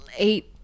eight